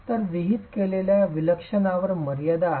तर विहित केलेल्या विलक्षणपणावर मर्यादा आहेत